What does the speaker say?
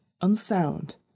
unsound